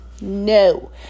no